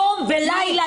יום ולילה,